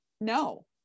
no